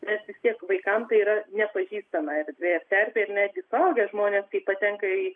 nes vis tiek vaikam tai yra nepažįstama erdvė ir terpė ir netgi suaugę žmonės kai patenka į